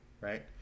right